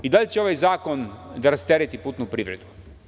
Da li će ovaj zakon da rastereti neku putnu privredu?